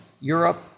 Europe